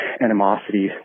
animosity